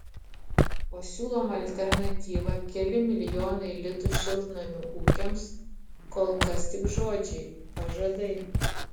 o siūloma alternatyva keli milijonai litų šiltnamių ūkiams kol kas tik žodžiai pažadai